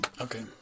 okay